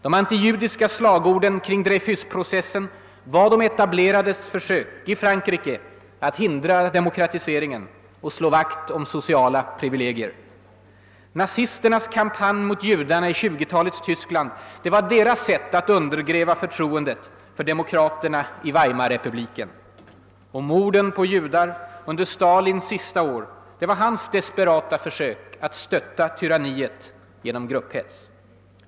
De antijudiska slagorden kring Dreyfusprocessen var de etablerades försök i Frankrike att hindra demokratiseringen och slå vakt om sociala privilegier. Nazisternas kampanj mot judarna i 1920 talets Tyskland var deras sätt att undergräva förtroendet för demokraterna i Weimarrepubliken. Morden på judar under Stalins sista år var hans desperata försök att stötta tyranniet genom grupphets.